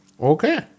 Okay